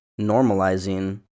normalizing